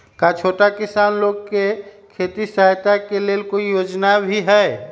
का छोटा किसान लोग के खेती सहायता के लेंल कोई योजना भी हई?